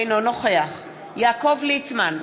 אינו נוכח יעקב ליצמן,